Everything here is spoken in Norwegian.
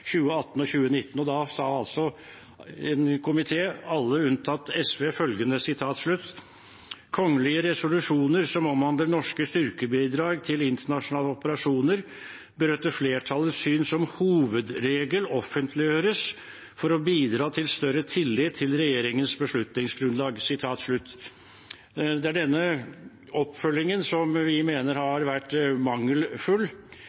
Da sa komiteen, alle unntatt SV: «Kongelige resolusjoner som omhandler norske styrkebidrag til internasjonale operasjoner, bør etter flertallets syn som hovedregel offentliggjøres for å bidra til større tillit til regjeringens beslutningsgrunnlag.» Det er denne oppfølgingen som vi mener